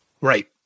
Right